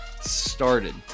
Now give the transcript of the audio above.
started